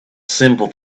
simple